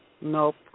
Nope